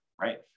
right